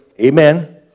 amen